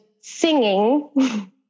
singing